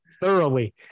thoroughly